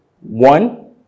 one